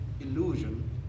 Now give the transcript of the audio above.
illusion